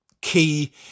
key